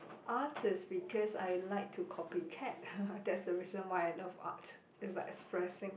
Art is because I like to copycat that's the reason why I love Art it's like expressing